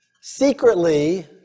secretly